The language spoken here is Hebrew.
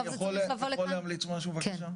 בסוף זה צריך --- אני יכול להמליץ משהו בבקשה?